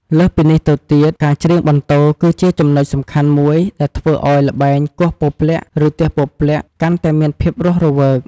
លើសពីនេះទៅទៀតការ ច្រៀងបន្ទរ គឺជាចំណុចសំខាន់មួយដែលធ្វើឱ្យល្បែង គោះពព្លាក់ ឬទះពព្លាក់ កាន់តែមានភាពរស់រវើក។